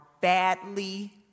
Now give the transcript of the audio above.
badly